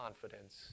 confidence